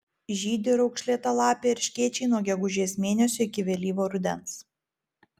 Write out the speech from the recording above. žydi raukšlėtalapiai erškėčiai nuo gegužės mėnesio iki vėlyvo rudens